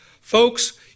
folks